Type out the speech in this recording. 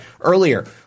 earlier